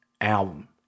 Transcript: album